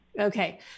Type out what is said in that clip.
Okay